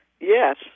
Yes